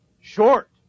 short